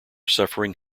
suffering